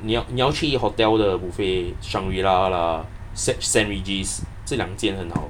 你要你要去 hotel 的 buffet shangri-la lah st~ st regis 这两间很好